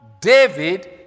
David